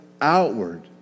outward